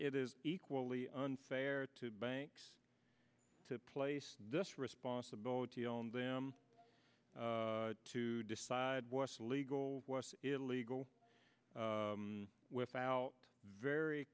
it is equally unfair to banks to place this responsibility on them to decide what's legal or illegal without very